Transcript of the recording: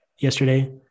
yesterday